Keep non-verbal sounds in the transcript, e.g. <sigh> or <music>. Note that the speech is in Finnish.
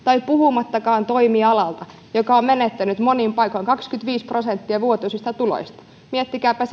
puhumattakaan toimialasta joka on menettänyt monin paikoin kaksikymmentäviisi prosenttia vuotuisista tuloista miettikääpä <unintelligible>